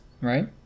right